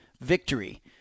Victory